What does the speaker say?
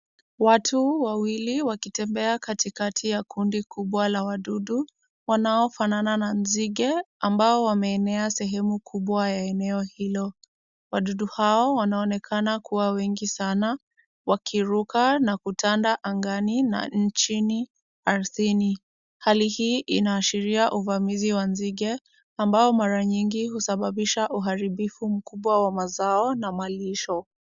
Watu wawili wakitembea katikati ya kundi kubwa la wadudu wanaofanana na nzige ambao wameenea sehemu kubwa ya eneo hilo. Wadudu hao wanaonekana kuwa wengi sana, wakiruka na kutanda angani na nchini ardhini. Hali hii inaashiri uvamizi wa nzige ambao mara nyingi husababisha uharibifu mkubwa wa mazao na malisho.